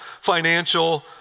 financial